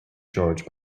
george